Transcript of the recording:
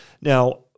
Now